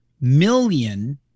million